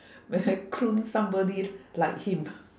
when I clone somebody like him